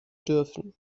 dürfen